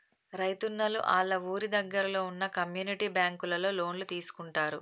రైతున్నలు ఆళ్ళ ఊరి దగ్గరలో వున్న కమ్యూనిటీ బ్యాంకులలో లోన్లు తీసుకుంటారు